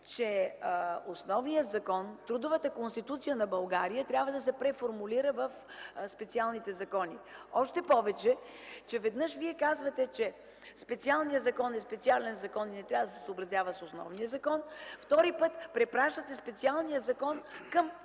че основният закон, трудовата Конституция на България, трябва да се преформулира в специалните закони. Още повече че веднъж вие казвате, че специалният закон е специален закон и не трябва да се съобразява с основния закон, втори път препращате специалния закон към